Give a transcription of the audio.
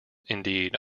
indeed